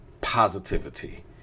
positivity